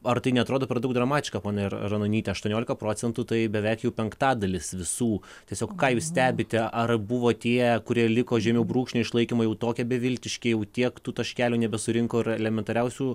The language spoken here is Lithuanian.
ar tai neatrodo per daug dramatiška ponia ra ranonyte aštuoniolika procentų tai beveik jau penktadalis visų tiesiog ką jūs stebite ar buvo tie kurie liko žemiau brūkšnio išlaikymo jau tokie beviltiški jau tiek tų taškelių nebesurinko ir elementariausių